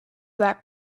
that